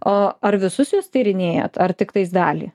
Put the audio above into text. o ar visus juos tyrinėjat ar tiktais dalį